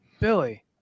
Billy